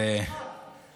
אני רואה רק אחד.